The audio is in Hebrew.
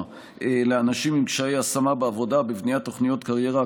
לאנשים עם קשיי השמה בעבודה בבניית תוכניות קריירה,